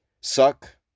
suck